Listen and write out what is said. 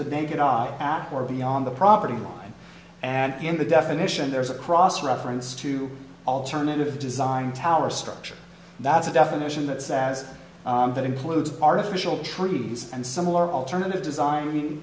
the naked eye i am or beyond the property line and in the definition there's a cross reference to alternative design tower structure that's a definition that says that includes artificial trees and similar alternative design